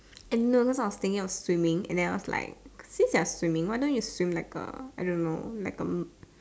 and no those sort of thing you know swimming and then I was like since you're swimming why don't you swim like A I don't know like A